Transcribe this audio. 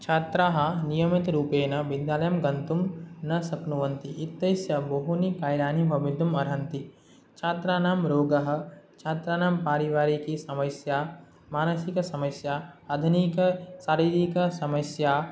छात्राः नियमितरूपेण विद्यालयं गन्तुं न शक्नुवन्ति इत्यस्य बहूनि कारणानि भवितुमर्हन्ति छात्राणां रोगः छात्राणां पारिवारिकीसमस्या मानसिकसमस्या आधुनिकसमस्या शारीरिकसमस्या